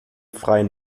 freien